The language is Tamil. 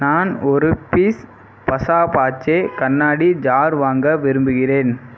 நான் ஒரு பீஸ் பஸாபாச்சே கண்ணாடி ஜார் வாங்க விரும்புகிறேன்